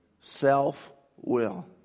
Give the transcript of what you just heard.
Self-will